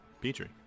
Petri